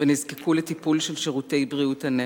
ונזקקו לטיפול של שירותי בריאות הנפש.